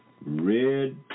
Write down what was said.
red